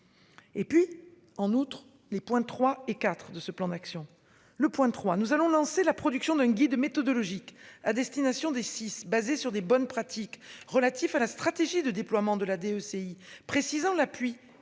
Et puis en outre les points III et IV de ce plan d'action. Le point trois, nous allons lancer la production d'un guide méthodologique à destination des six basé sur des bonnes pratiques relatifs à la stratégie de déploiement de la DEC précisant l'appui que les